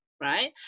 right